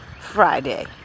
friday